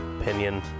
opinion